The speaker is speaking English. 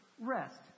rest